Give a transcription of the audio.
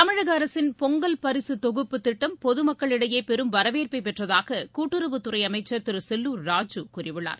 தமிழக அரசின் பொங்கல் பரிசு தொகுப்பு திட்டம் பொதுக்களிடையே பெரும் வரவேற்பை பெற்றதாக கூட்டுறவுத்துறை அமைச்சர் திரு செல்லூர் ராஜு கூறியுள்ளார்